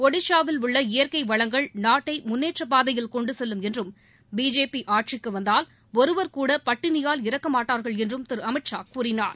ஒடிசாவில் உள்ள இயற்கை வளங்கள் நாட்டை முன்னேற்றப் பாதையில் கொண்டு செல்லும் என்றும் பிஜேபி ஆட்சிக்கு வந்தால் ஒருவர் கூட பட்டினியால் இறக்கமாட்டார்கள் என்றும் திரு அமித் ஷா கூறினார்